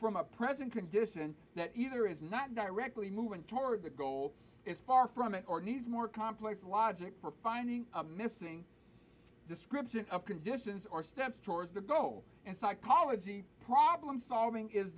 from a present condition that either is not directly moving toward the goal is far from it or needs more complex logic for finding a missing description of conditions or steps towards the goal and psychology problem solving is